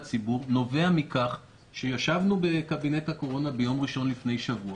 הציבור נובע מכך שישבנו בקבינט הקורונה ביום ראשון לפני שבוע